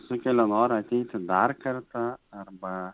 sukelia norą ateiti dar kartą arba